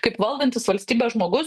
kaip valdantis valstybę žmogus